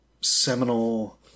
seminal